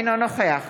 אינו נוכח